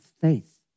faith